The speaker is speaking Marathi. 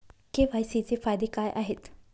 के.वाय.सी चे फायदे काय आहेत?